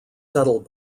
settled